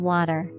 Water